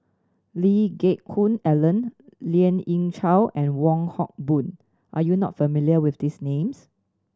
Lee Geck Hoon Ellen Lien Ying Chow and Wong Hock Boon are you not familiar with these names